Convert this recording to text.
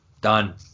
Done